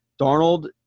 Darnold